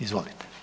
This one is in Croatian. Izvolite.